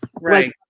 right